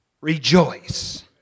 rejoice